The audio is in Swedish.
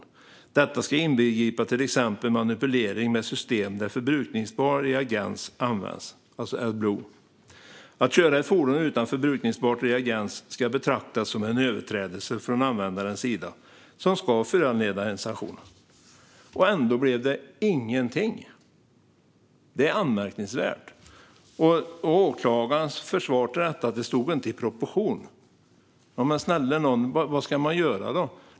Detta ska inbegripa till exempel manipulering med system där förbrukningsbart reagens används." Det är alltså Adblue. Vidare står det: "Att köra ett fordon utan förbrukningsbart reagens ska betraktas som en överträdelse från användarens sida som ska föranleda en sanktion." Ändå blev det ingenting! Det är anmärkningsvärt. Åklagarens försvar var att det inte stod i proportion. Men snälla nån! Vad ska man göra då?